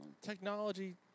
Technology